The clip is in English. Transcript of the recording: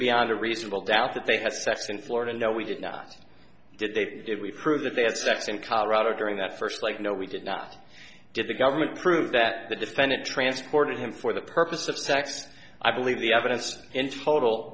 beyond a reasonable doubt that they had sex in florida no we did not did they did we prove that they had sex in colorado during that first like no we did not get the government prove that the defendant transported him for the purpose of sex i believe the evidence in total